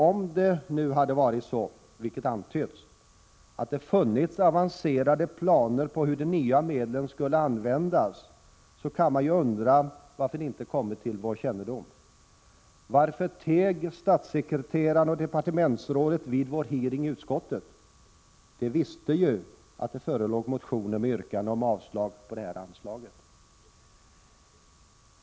Om det nu hade varit så, vilket har antytts, att det funnits avancerade planer för hur de nya medlen skulle användas, kan man undra varför det inte har kommit till utskottets kännedom. Varför teg statssekreterare och departementsrådet vid utskottsutfrågningen? De visste ju att det förelåg motioner med yrkanden om avslag på detta nya anslag.